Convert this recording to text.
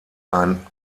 ein